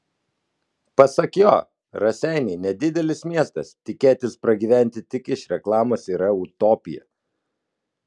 pasak jo raseiniai nedidelis miestas tikėtis pragyventi tik iš reklamos yra utopija